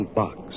box